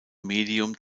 medium